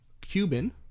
Cuban